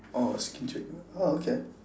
orh skin treatment orh okay